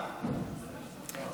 לוועדת הבריאות נתקבלה.